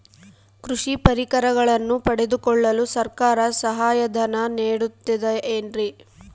ಕೃಷಿ ಪರಿಕರಗಳನ್ನು ಪಡೆದುಕೊಳ್ಳಲು ಸರ್ಕಾರ ಸಹಾಯಧನ ನೇಡುತ್ತದೆ ಏನ್ರಿ?